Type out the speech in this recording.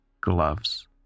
gloves